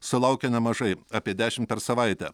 sulaukia nemažai apie dešim per savaitę